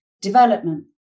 development